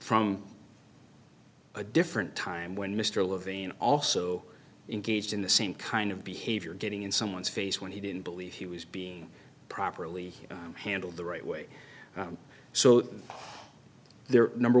from a different time when mr levine also engaged in the same kind of behavior getting in someone's face when he didn't believe he was being properly handled the right way so there number